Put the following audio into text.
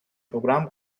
program